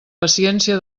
paciència